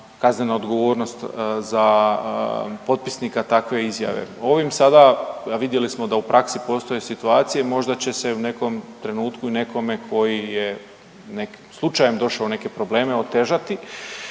kaznena odgovornost za potpisnika takve izjave. Ovim sada, a vidjeli smo da u praksi postoje situacije možda će se u nekom trenutku i nekome koji je nekim slučajem došao u neke probleme otežati.